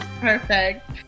perfect